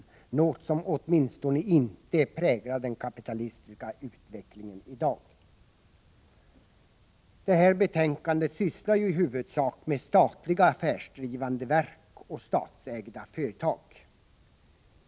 Herr talman! I betänkande 32 från näringsutskottet behandlas i huvudsak statliga affärsdrivande verk och statsägda företag.